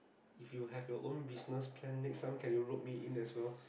if you have your own business plan next time can you rob me in as well